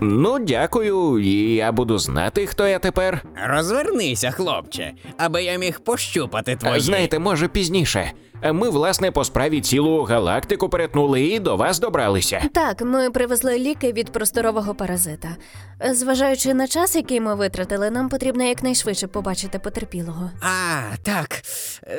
Ну, дякую. І я буду знати, хто я тепер. Розвернися, хлопче, аби я міг пощупати твої- Знаєте, може, пізніше. Ми, власне, по справі цілу галактику перетнули і до вас добралися. Так, ми привезли ліки від просторового паразита. Зважаючи на час, який ми витратили, нам потрібно якнайшвидше побачити потерпілого. А, так.